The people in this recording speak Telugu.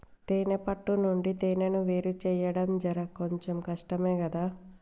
తేనే పట్టు నుండి తేనెను వేరుచేయడం జర కొంచెం కష్టమే గదా